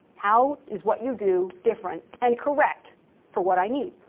how is what you do different and correct for what i need?